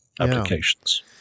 applications